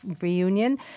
reunion